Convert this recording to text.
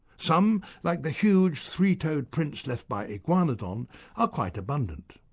some, like the huge three-toed prints left by iguanodon are quite abundant.